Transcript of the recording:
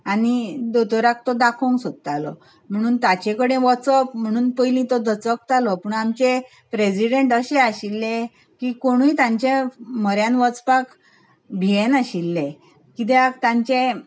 आनी दोतोराक तो दाखोवंक सोदतालो म्हणून ताचे कडेन वचप म्हणून पयलीं तो दचकतालो म्हणून आमचें प्रेजिडंट असलें आशिल्ले की कोणूय तांच्या म्हऱ्यांत वचपाक भियेनाशिल्ले कित्याक तांचे